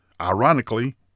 Ironically